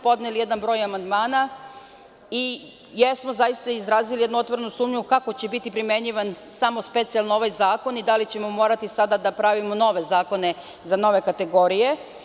Podneli smo jedan broj amandmana i jesmo zaista izrazili jednu otvorenu sumnju kako će biti primenjivan samo specijalno ovaj zakon i da li ćemo morati sada da pravimo nove zakone za nove kategorije.